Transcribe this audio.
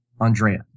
Andrea